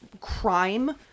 crime